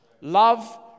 Love